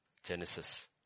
Genesis